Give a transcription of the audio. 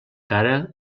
cara